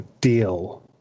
deal